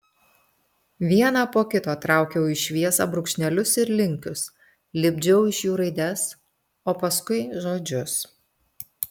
vieną po kito traukiau į šviesą brūkšnelius ir linkius lipdžiau iš jų raides o paskui žodžius